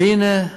והנה,